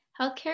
Healthcare